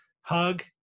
hug